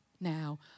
now